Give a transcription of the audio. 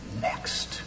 next